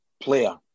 player